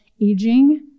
aging